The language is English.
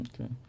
Okay